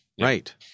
right